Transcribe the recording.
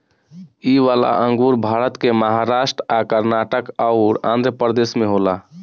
इ वाला अंगूर भारत के महाराष्ट् आ कर्नाटक अउर आँध्रप्रदेश में होला